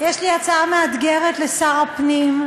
יש לי הצעה מאתגרת לשר הפנים,